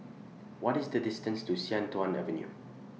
What IS The distance to Sian Tuan Avenue